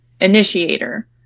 initiator